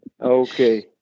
Okay